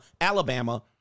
Alabama